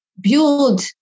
build